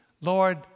Lord